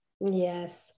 Yes